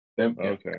Okay